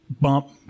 bump